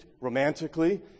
romantically